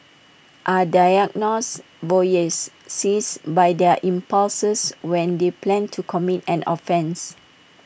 are diagnosed voyeurs seized by their impulses when they plan to commit and offence